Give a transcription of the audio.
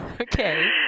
Okay